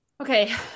Okay